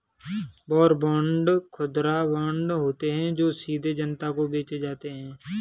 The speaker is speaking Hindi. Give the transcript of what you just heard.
वॉर बांड खुदरा बांड होते हैं जो सीधे जनता को बेचे जाते हैं